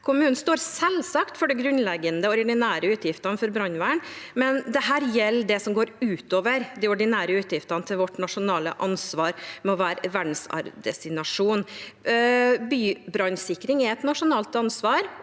Kommunen står selvsagt for de grunnleggende og ordinære utgiftene for brannvern, men dette gjelder det som går ut over de ordinære utgiftene, vårt nasjonale ansvar med å være en verdensarvdestinasjon. Bybrannsikring er et nasjonalt ansvar,